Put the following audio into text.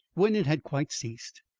when it had quite ceased,